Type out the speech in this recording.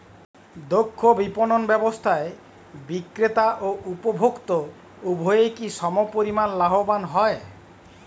দক্ষ বিপণন ব্যবস্থায় বিক্রেতা ও উপভোক্ত উভয়ই কি সমপরিমাণ লাভবান হয়?